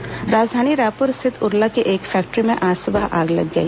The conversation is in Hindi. फैक्ट्री आग राजधानी रायपुर स्थित उरला की एक फैक्ट्री में आज सुबह आग लग गई